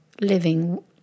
Living